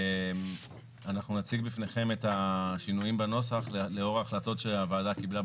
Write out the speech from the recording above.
אנחנו נציג בפניכם את השינויים בנוסח לאור הכיוונים